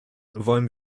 wollen